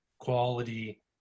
quality